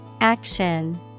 Action